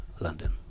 London